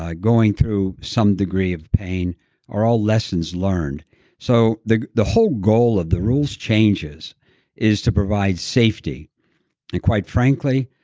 ah going through some degree of pain are all lessons learned so the the whole goal of the rules changes is to provide safety and quite frankly,